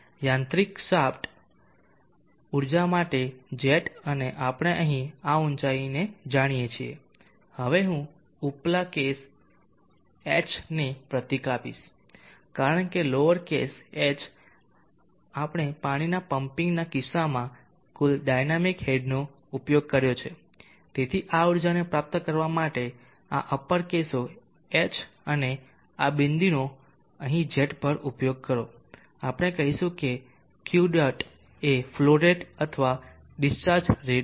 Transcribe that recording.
યાંત્રિક શાફ્ટ ઊર્જા માટે જેટ અને આપણે અહીં આ ઊચાઈને જાણીએ છીએ હવે હું ઉપલા કેસ Hને પ્રતીક આપીશ કારણ કે લોઅર કેસ h આપણે પાણીના પંપીંગના કિસ્સામાં કુલ ડાયનામિક હેડનો ઉપયોગ કર્યો છે તેથી આ ઊર્જાને પ્રાપ્ત કરવા માટે આ અપર કેસો H અને આ બિંદુનો અહીં જેટ પર ઉપયોગ કરો આપણે કહીશું Q ડોટ એ ફ્લો રેટ અથવા ડિસ્ચાર્જ રેટ છે